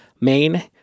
main